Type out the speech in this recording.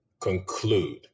conclude